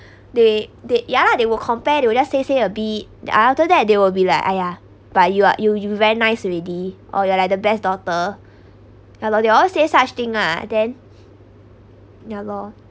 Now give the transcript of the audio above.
they they ya lah they will compare they will just say say a bit th~ after that they will be like !aiya! but you are you you very nice already or you're like the best daughter ya lor they all say such thing ah then ya lor